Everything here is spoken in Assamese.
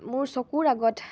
মোৰ চকুৰ আগত